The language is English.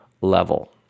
level